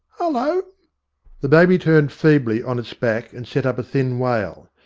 ullo the baby turned feebly on its back, and set up a thin wail.